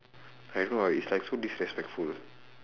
I don't know like it's like so disrespectful